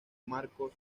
marcos